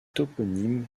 toponymes